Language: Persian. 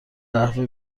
قهوه